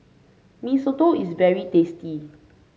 Mee Soto is very tasty